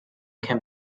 can